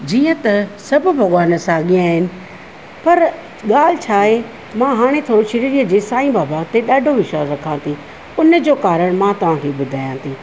जीअं त सभु भॻवानु साॻिया आहिनि पर ॻाल्हि छा आहे मां हाणे थोरो शिरडी जे सांई बाबा ते ॾाढो विश्वासु रखां थी उनजो कारणु मां तव्हां खे ॿुधायां थी